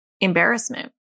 embarrassment